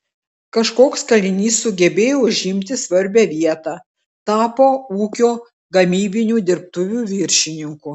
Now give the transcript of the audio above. kažkoks kalinys sugebėjo užimti svarbią vietą tapo ūkio gamybinių dirbtuvių viršininku